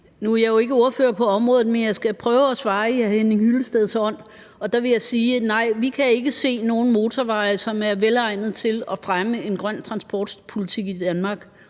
jeg jo ikke ordfører på området, men jeg skal prøve at svare i hr. Henning Hyllesteds ånd, og der vil jeg sige: Nej, vi kan ikke se nogen motorveje, som er velegnede til at fremme en grøn transportpolitik i Danmark.